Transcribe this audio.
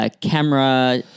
camera